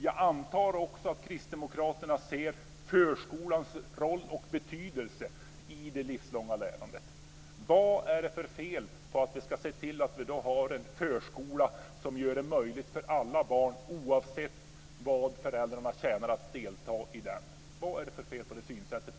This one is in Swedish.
Jag antar också att Kristdemokraterna ser förskolans roll och betydelse i det livslånga lärandet. Vad är det för fel på att vi ska se till att vi har en förskola som gör det möjligt för alla barn, oavsett hur mycket föräldrarna tjänar, att delta i den? Vad är det för fel på detta synsätt?